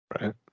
Right